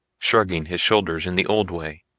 shrugging his shoulders in the old way.